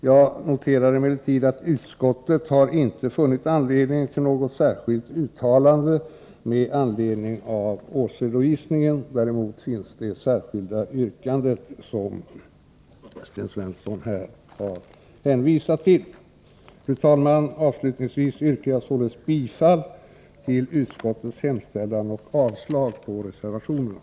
Jag noterar emellertid att utskottet inte har funnit anledning till något särskilt uttalande med anledning av årsredovisningen. Däremot finns det särskilda yttrande som Sten Svensson här har hänvisat till. Fru talman! Avslutningsvis yrkar jag således bifall till utskottets hemställan och avslag på reservationerna.